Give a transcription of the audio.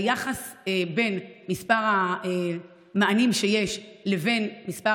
היחס בין מספר המענים שיש לבין מספר